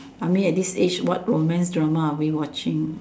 I mean at this age what romance drama are we watching